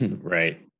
Right